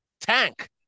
Tank